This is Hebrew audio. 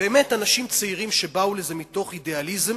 ובאמת אנשים צעירים שבאו לזה מתוך איזה אידיאליזם,